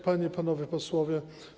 Panie i Panowie Posłowie!